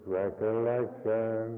recollection